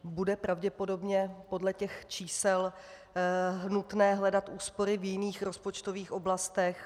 Bude pravděpodobně podle těch čísel nutné hledat úspory v jiných rozpočtových oblastech.